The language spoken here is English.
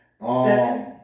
Seven